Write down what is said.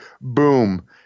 Boom